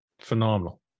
phenomenal